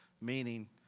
meaning